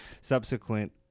subsequent